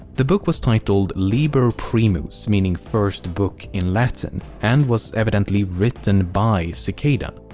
the book was titled liber primus, meaning first book in latin, and was evidently written by cicada.